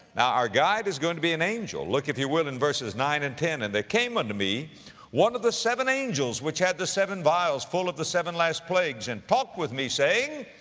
now our guide is going to be an angel. look if you will in verses nine and ten, and there came unto me one of the seven angels which had the seven vials full of the seven last plagues, and talked with me, saying,